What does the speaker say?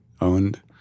owned